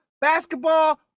basketball